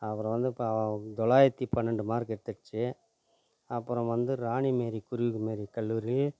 அப்புறம் வந்து தொள்ளாயிரத்தி பன்னெரெண்டு மார்க் எடுத்துருச்சு அப்புறம் வந்து ராணி மேரி குருவி மேரி கல்லூரி